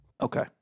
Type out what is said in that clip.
Okay